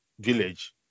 village